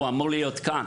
הוא אמור להיות כאן